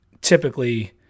typically